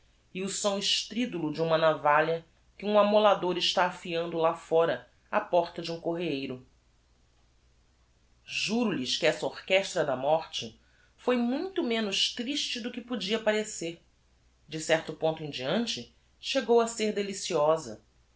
e o som estridulo de uma navalha que um amolador está afiando lá fóra á porta de um correeiro juro lhes que essa orchestra da morte foi muito menos triste do que podia parecer e de certo ponto em deante chegou a ser deliciosa